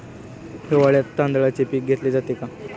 हिवाळ्यात तांदळाचे पीक घेतले जाते का?